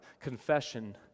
Confession